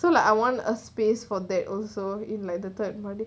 so like I want a space for that also in like the third maadi: maadi